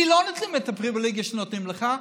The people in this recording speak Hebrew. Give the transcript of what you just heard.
לי לא נותנים את הפריבילגיה שנותנים לך.